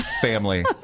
family